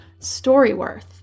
StoryWorth